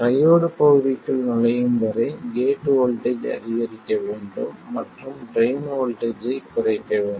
triode பகுதிக்குள் நுழையும் வரை கேட் வோல்ட்டேஜ் அதிகரிக்க வேண்டும் மற்றும் ட்ரைன் வோல்ட்டேஜ் ஐ குறைக்க வேண்டும்